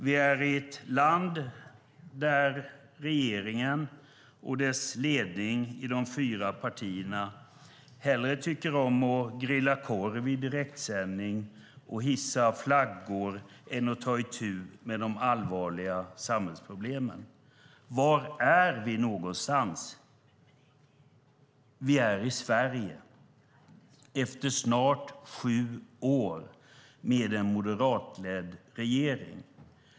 Vi befinner oss i ett land där regeringen och ledningen inom de fyra partierna hellre grillar korv i direktsändning och hissar flaggor än att ta itu med de allvarliga samhällsproblemen. Var är vi någonstans? Vi är i Sverige efter snart sju år med en moderatledd regering.